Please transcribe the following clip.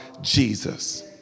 Jesus